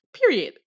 period